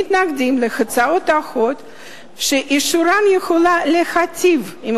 מתנגדת להצעות חוק שאישורן יכול להיטיב עם